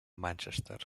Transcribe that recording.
manchester